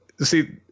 See